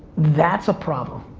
that's a problem.